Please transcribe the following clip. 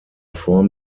form